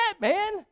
man